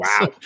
Wow